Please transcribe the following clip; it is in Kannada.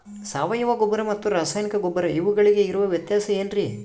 ಸಾವಯವ ಗೊಬ್ಬರ ಮತ್ತು ರಾಸಾಯನಿಕ ಗೊಬ್ಬರ ಇವುಗಳಿಗೆ ಇರುವ ವ್ಯತ್ಯಾಸ ಏನ್ರಿ?